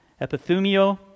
epithumio